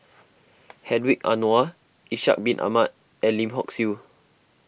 Hedwig Anuar Ishak Bin Ahmad and Lim Hock Siew